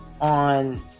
on